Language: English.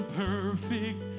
perfect